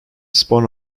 spun